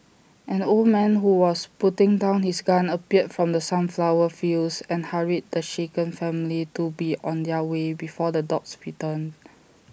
an old man who was putting down his gun appeared from the sunflower fields and hurried the shaken family to be on their way before the dogs return